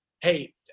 hey